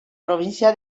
província